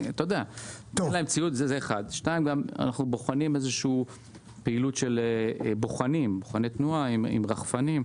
ואנחנו בוחנים פעילות של בוחני תנועה עם רחפנים.